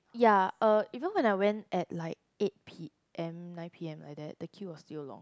ya uh even when I went at like eight p_m nine p_m like that the queue was still long